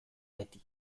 beti